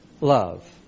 Love